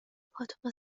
پاتوق